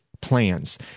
plans